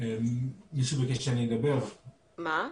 אחד לתזונה,